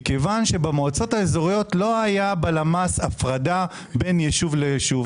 מכיוון שבמועצות האזוריות לא הייתה בלמ"ס הפרדה בין יישוב ליישוב.